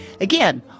Again